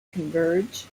converge